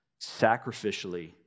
sacrificially